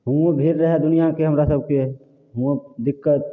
हुओँ भीड़ रहै दुनिआके हमरासभके हुओँ दिक्कत